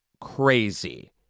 crazy